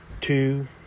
two